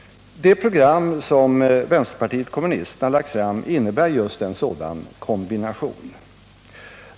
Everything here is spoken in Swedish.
Det program som vänsterpartiet kommunisterna lagt fram innebär just en sådan kombination.